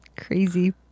crazy